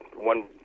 one